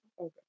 Okay